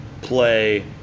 play